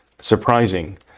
surprising